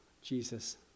Jesus